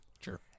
Sure